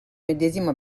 medesima